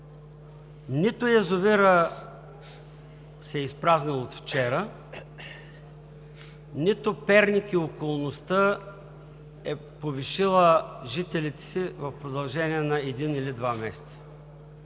Нито язовирът се е изпразнил от вчера, нито Перник и околността е увеличила жителите си в продължение на един или два месеца,